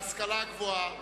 בהשכלה הגבוהה.